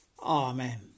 Amen